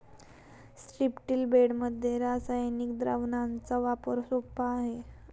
स्ट्रिप्टील बेडमध्ये रासायनिक द्रावणाचा वापर सोपा आहे